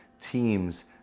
teams